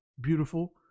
beautiful